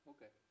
Okay